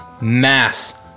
mass